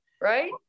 Right